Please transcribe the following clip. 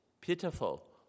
pitiful